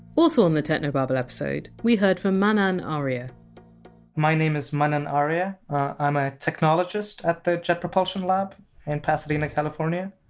also on the technobabble episode, we heard from manan arya my name is manan arya. i'm a technologist at the jet propulsion lab in pasadena, california.